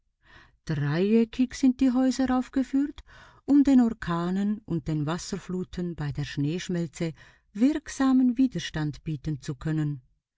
dreieckig sind die häuser aufgeführt um den orkanen und den wasserfluten bei der schneeschmelze wirksamen widerstand bieten zu können